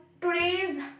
today's